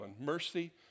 Mercy